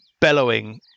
bellowing